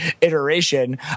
iteration